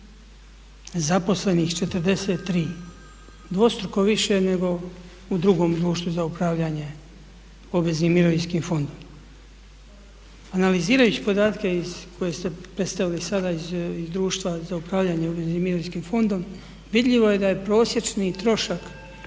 Zaposlenih 43, dvostruko više nego u drugom društvu za upravljanje obveznim mirovinskim fondom. Analizirajući podatke iz koje ste predstavili sada iz društva za upravljanje obveznim mirovinskim fondom vidljivo je da je prosječni trošak